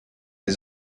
des